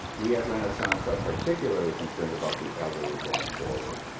we at renaissance are particularly concerned about the elderly going forward.